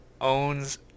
owns